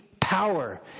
power